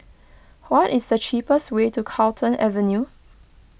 what is the cheapest way to Carlton Avenue